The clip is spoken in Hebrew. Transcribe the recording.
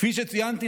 כפי שציינתי,